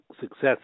success